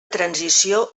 transició